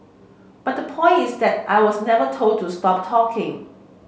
but the point is that I was never told to stop talking